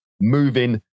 moving